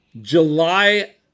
July